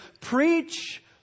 preach